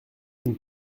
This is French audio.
une